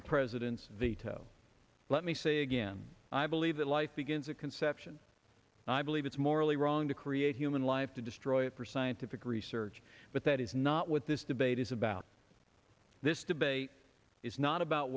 the president's veto let me say again i believe that life begins at conception i believe it's morally wrong to create human life to destroy it for scientific research but that is not what this debate is about this debate is not about